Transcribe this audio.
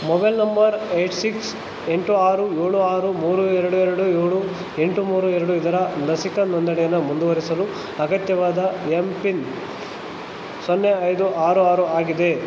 mobile number eight six ಎಂಟು ಆರು ಏಳು ಆರು ಮೂರು ಎರಡು ಎರಡು ಏಳು ಎಂಟು ಮೂರು ಎರಡು ಇದರ ಲಸಿಕೆ ನೋಂದಣಿಯನ್ನು ಮುಂದುವರಿಸಲು ಅಗತ್ಯವಾದ ಎಮ್ ಪಿನ್ ಸೊನ್ನೆ ಐದು ಆರು ಆರು ಆಗಿದೆ